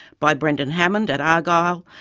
by brendan hammond at argyle,